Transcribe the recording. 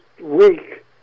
week